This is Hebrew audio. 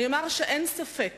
אומר שאין ספק